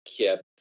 kept